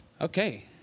Okay